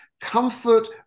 comfort